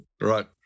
Right